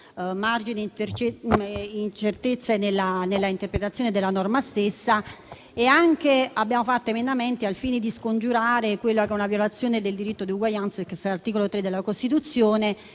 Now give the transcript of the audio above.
margini di incertezza nell'interpretazione della norma stessa. Abbiamo fatto emendamenti anche al fine di scongiurare una violazione del diritto di uguaglianza *ex* articolo 3 della Costituzione.